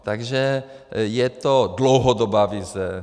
Takže je to dlouhodobá vize.